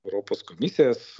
europos komisijos